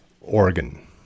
organ